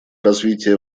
развития